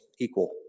equal